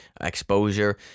exposure